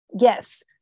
yes